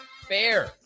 fair